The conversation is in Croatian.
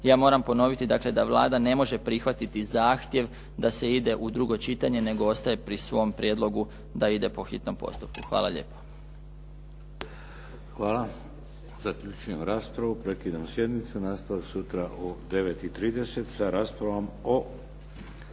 ja moram ponoviti dakle da Vlada ne može prihvatiti zahtjev da se ide u drugo čitanje, nego ostaje pri svom prijedlogu da ide po hitnom postupku. Hvala lijepa. **Šeks, Vladimir (HDZ)** Hvala. Zaključujem raspravu. Prekidam sjednicu. Nastavak sutra u 9 i 30 sa raspravom o